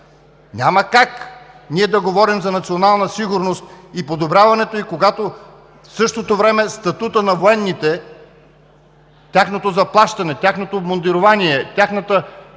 Няма как ние да говорим за национална сигурност и подобряването ѝ, когато в същото време статутът на военните, тяхното заплащане, тяхното обмундирование, тяхната